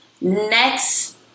Next